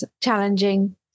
challenging